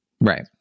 Right